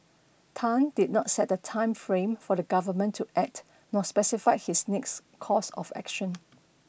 Tan did not set a time frame for the government to act nor specified his next course of action